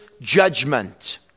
judgment